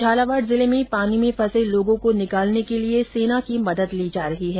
झालावाड़ जिले में पानी में फंसे लोगों को निकालने के लिए सेना की मदद ली जा रही है